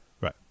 Right